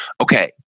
Okay